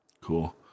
Cool